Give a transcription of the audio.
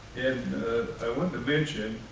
and i want to mention,